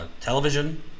Television